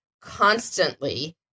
constantly